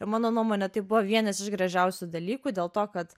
mano nuomone tai buvo vienas iš gražiausių dalykų dėl to kad